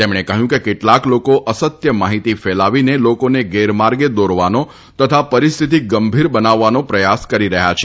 તેમણે કહ્યું કે કેટલાક લોકો અસત્ય માહિતી ફેલાવીને લોકોને ગેરમાર્ગે દોરવાનો તથા પરિસ્થિતિ ગંભીર બનાવવાનો પ્રયાસ કરી રહ્યા છે